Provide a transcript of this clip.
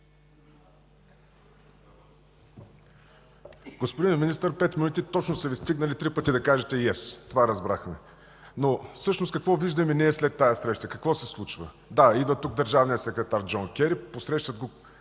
Господин Министър, пет минути точно са Ви стигнали три пъти да кажете „уes”. Това разбрахме. Всъщност какво виждаме след тази среща? Какво се случва? Да, идва тук държавният секретар Джон Кери. Посрещат го